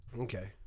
Okay